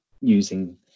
using